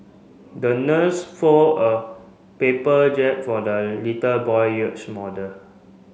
the nurse fold a paper for the little boy yachts model